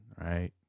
right